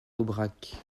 aubrac